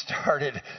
started